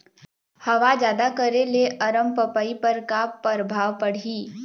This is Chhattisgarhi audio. हवा जादा करे ले अरमपपई पर का परभाव पड़िही?